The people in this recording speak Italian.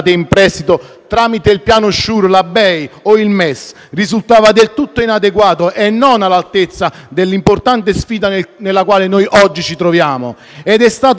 il piano SURE, la BEI o il MES, risultava del tutto inadeguato e non all'altezza dell'importante sfida davanti alla quale noi oggi ci troviamo. Ed è stato allora che